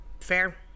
Fair